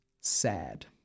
Sad